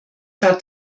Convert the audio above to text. tat